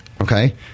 okay